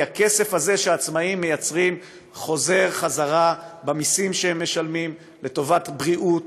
כי הכסף הזה שהעצמאים מייצרים חוזר במסים שהם משלמים לטובת בריאות,